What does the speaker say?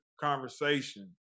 conversation